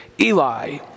Eli